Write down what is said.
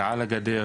הגעה לגדר,